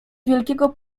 wielkiego